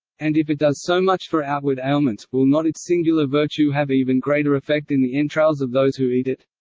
and if it does so much for outward ailments, will not its singular virtue have even greater effect in the entrails of those who eat it?